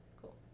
Cool